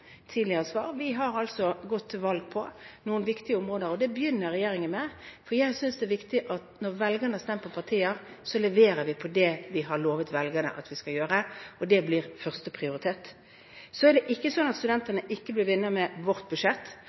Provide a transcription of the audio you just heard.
svar: Vi har gått til valg på noen viktige områder, og de begynner regjeringen med. Jeg synes det er viktig, når velgerne har stemt på partier, at vi leverer på det vi har lovet velgerne at vi skal gjøre, og det blir førsteprioritet. Så er det ikke sånn at studentene ikke blir vinnere med vårt budsjett.